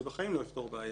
זה בחיים לא יפתור בעיה